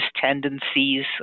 tendencies